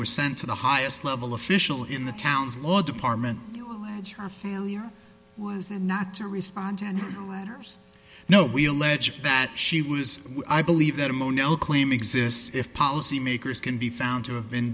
were sent to the highest level official in the town's law department her failure was not to respond and letters now we allege that she was i believe that a mono claim exists if policymakers can be found to have been